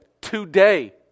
today